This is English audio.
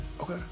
okay